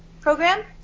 program